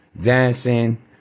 dancing